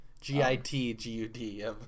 G-I-T-G-U-D